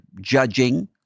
judging